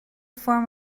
form